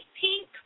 pink